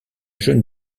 jeune